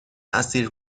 اسیر